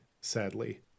sadly